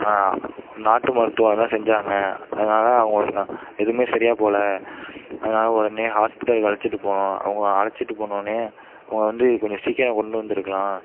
நாட்டு மருத்துவம் அதெலாம் செஞ்சாங்க அதனால அவங்க எதுவுமே சரியா போகல அதனால உடனே ஹாஸ்பிட்டலுக்கு அழைச்சிட்டு போனோம் அவங்க அழைச்சிட்டு போனோடன்னே அவங்க வந்து கொஞ்சம் சீக்கிரம் கொண்டு வந்திருக்கலாம்